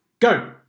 Go